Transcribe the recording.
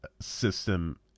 system